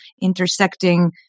intersecting